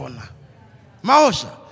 Maosha